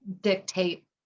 dictate